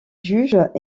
juges